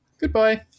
Goodbye